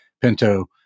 Pinto